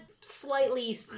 slightly